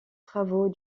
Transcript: travaux